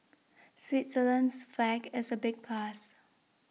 Switzerland's flag is a big plus